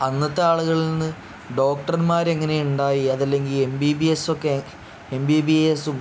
അന്നത്തെ ആളുകളിൽ നിന്ന് ഡോക്ടർമാർ എങ്ങനെ ഉണ്ടായി അത് അല്ലെങ്കിൽ എം ബി ബി എസ് ഒക്കെ എം ബി ബി എസും